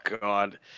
God